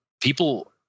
people